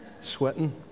sweating